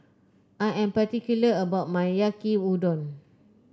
I am particular about my Yaki Udon